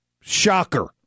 Shocker